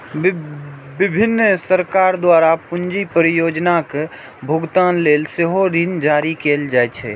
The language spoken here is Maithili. विभिन्न सरकार द्वारा पूंजी परियोजनाक भुगतान लेल सेहो ऋण जारी कैल जाइ छै